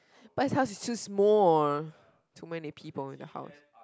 but his house is too small too many people in the house